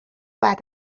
بعد